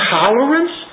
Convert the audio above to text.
tolerance